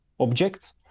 objects